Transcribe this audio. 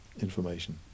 information